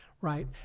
Right